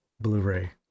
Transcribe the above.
Blu-ray